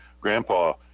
Grandpa